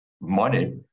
money